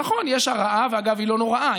נכון, יש הרעה, ואגב, היא לא נוראה.